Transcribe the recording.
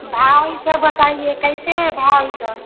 ढाई सौ बताइए कैसे है ढाई सौ